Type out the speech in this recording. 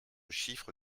chiffre